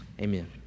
Amen